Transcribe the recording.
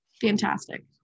fantastic